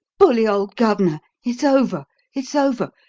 bully old governor. it's over it's over.